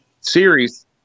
series